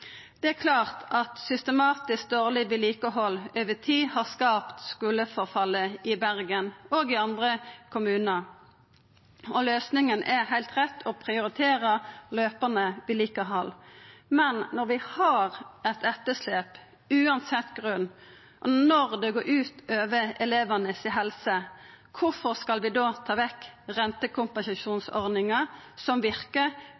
Det er klart at systematisk dårleg vedlikehald over tid har skapt skuleforfallet i Bergen, òg i andre kommunar, og løysinga er – heilt rett – å prioritera fortløpande vedlikehald. Men når vi har eit etterslep, uansett grunn, og når det går ut over elevane si helse, kvifor skal vi da ta vekk rentekompensasjonsordninga, som verkar,